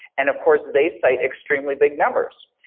and of course they cite extremely big numbers.